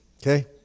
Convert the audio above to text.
okay